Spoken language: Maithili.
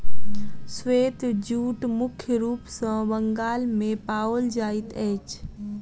श्वेत जूट मुख्य रूप सॅ बंगाल मे पाओल जाइत अछि